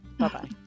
Bye-bye